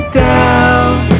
down